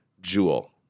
Jewel